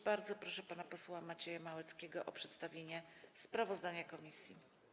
Bardzo proszę pana posła Macieja Małeckiego o przedstawienie sprawozdania komisji.